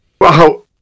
Wow